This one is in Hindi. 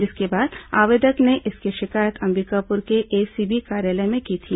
जिसके बाद आवेदक ने इसकी शिकायत अंबिकापुर के एसीबी कार्यालय में की थी